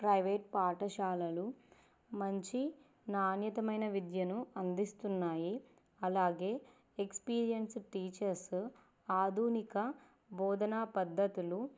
private పాఠశాలలు మంచి నాణ్యతమైన విద్యను అందిస్తున్నాయి అలాగే ఎక్స్పీరియన్స్డ్ టీచర్స్ ఆధునిక బోధనా పద్ధతులు